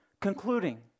Concluding